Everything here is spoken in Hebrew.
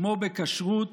כמו בכשרות